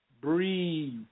breathe